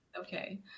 Okay